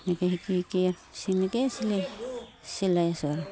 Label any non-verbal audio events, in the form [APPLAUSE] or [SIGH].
এনেকৈয়ে শিকি শিকি [UNINTELLIGIBLE] চিলাই আছো আৰু